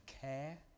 care